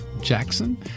Jackson